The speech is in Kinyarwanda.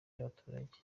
y’abaturage